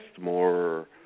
more